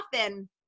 often